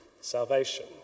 salvation